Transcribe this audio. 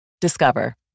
Discover